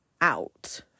out